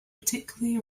particularly